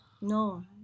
No